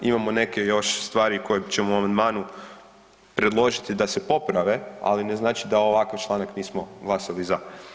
Imamo neke još stvari koje ćemo u amandmanu predložiti da se poprave, ali ne znači da ovakav članak nismo glasali za.